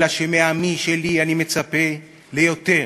אלא שמעמי-שלי אני מצפה ליותר.